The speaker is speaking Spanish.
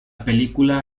película